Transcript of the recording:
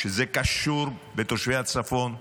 כשזה קשור בתושבי הצפון,